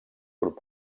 grup